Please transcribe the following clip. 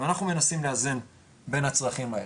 אנחנו מנסים לאזן בין הצרכים האלה.